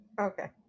Okay